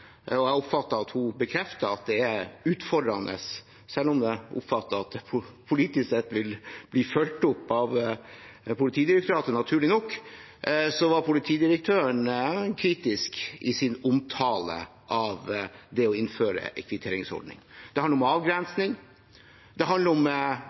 og jeg oppfattet at hun bekreftet at dette er utfordrende. Selv om jeg oppfattet at det politisk sett vil bli fulgt opp av Politidirektoratet – naturlig nok – var politidirektøren kritisk i sin omtale av det å innføre en kvitteringsordning. Det handler om avgrensing, og det handler ikke minst om